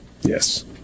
yes